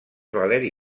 valeri